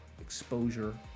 exposure